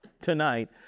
tonight